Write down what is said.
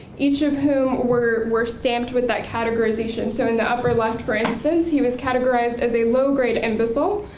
each of whom were were stamped with that categorization, so in the upper left for instance, he was categorized as a low-grade imbecile,